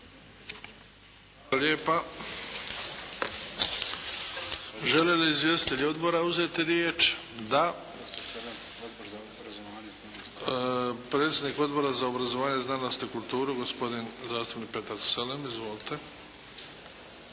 lijepa. Želi li izvjestitelj odbora? Da. Predstavnik Odbora za obrazovanje, znanost i kulturu gospodin zastupnik Petar Selem. Izvolite.